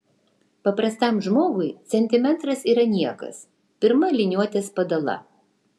paprastam žmogui centimetras yra niekas pirma liniuotės padala